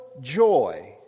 joy